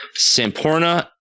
Samporna